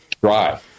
dry